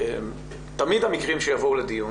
תמיד המקרים שיבואו לדיון